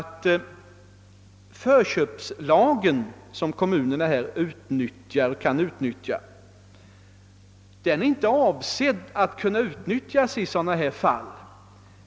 Förköpslagen, som ger kommunerna rätt till förköp, är nämligen inte avsedd att kunna användas i fall som dessa.